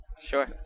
Sure